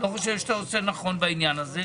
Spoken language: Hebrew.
אני לא חושב שאתה עושה נכון בעניין הזה.